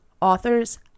authors